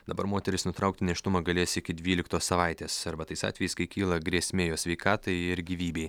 dabar moteris nutraukti nėštumą galės iki dvyliktos savaitės arba tais atvejais kai kyla grėsmė jos sveikatai ir gyvybei